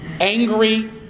angry